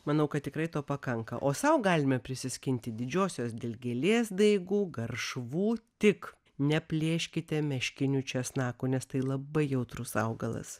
manau kad tikrai to pakanka o sau galime prisiskinti didžiosios dilgėlės daigų garšvų tik neplėškite meškinių česnakų nes tai labai jautrus augalas